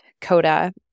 Coda